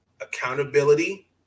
accountability